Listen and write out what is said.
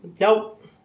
Nope